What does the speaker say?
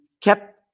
kept